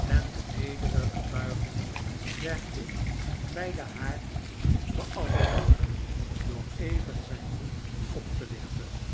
en de nedenge buigingen der groep bij den haard beantwoordde door even zijn hoed op te lichten